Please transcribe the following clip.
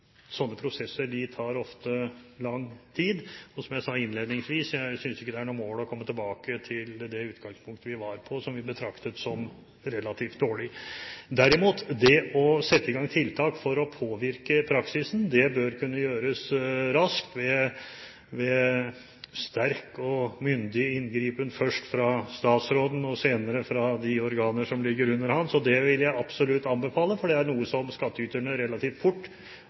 ofte tar lang tid. Som jeg sa innledningsvis – jeg synes ikke det er noe mål å komme tilbake til det utgangspunktet vi hadde, som vi betraktet som relativt dårlig. Derimot bør det å sette i gang tiltak for å påvirke praksisen kunne skje raskt, ved sterk og myndig inngripen først fra statsråden og senere fra de organer som ligger under han. Det vil jeg absolutt anbefale, for det er noe som skattyterne relativt fort